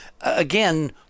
Again